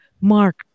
Mark